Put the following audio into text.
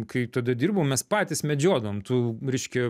kai tada dirbom mes patys medžiodavom tu reiškia